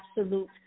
absolute